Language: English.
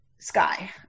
Sky